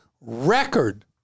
record